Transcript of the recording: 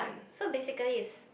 so basically is